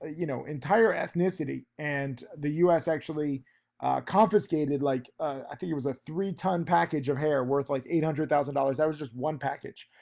you know, entire ethnicity. and the us actually confiscated like, i ah think it was a three ton package of hair worth like eight hundred thousand dollars, that was just one package.